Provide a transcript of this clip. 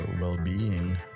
well-being